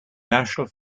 national